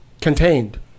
contained